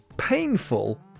Painful